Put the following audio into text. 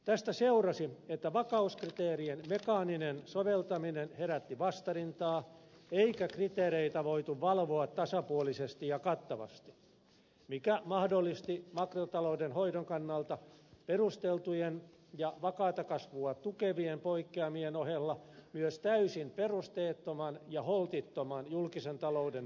tästä seurasi että vakauskriteerien mekaaninen soveltaminen herätti vastarintaa eikä kriteereitä voitu valvoa tasapuolisesti ja kattavasti mikä mahdollisti makrotalouden hoidon kannalta perusteltujen ja vakaata kasvua tukevien poikkeamien ohella myös täysin perusteettoman ja holtittoman julkisen talouden tasapainottomuuden